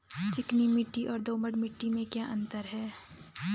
चिकनी मिट्टी और दोमट मिट्टी में क्या अंतर है?